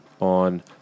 on